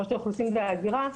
ברשות האוכלוסין וההגירה,